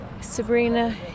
Sabrina